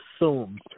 assumes